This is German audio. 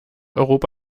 europa